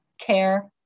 care